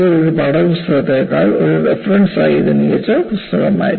ഒരു പാഠപുസ്തകത്തേക്കാൾ ഒരു റഫറൻസായി ഇത് മികച്ച പുസ്തകമായിരിക്കും